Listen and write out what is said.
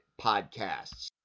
podcasts